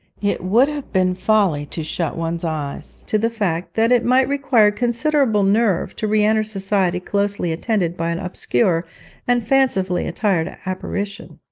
it would have been folly to shut one's eyes to the fact that it might require considerable nerve to re-enter society closely attended by an obscure and fancifully-attired apparition.